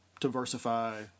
diversify